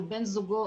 הוא בן זוגו,